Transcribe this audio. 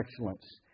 excellence